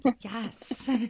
Yes